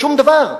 שום דבר.